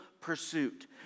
pursuit